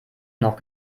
noch